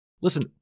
Listen